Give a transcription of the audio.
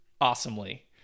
awesomely